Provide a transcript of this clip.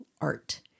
art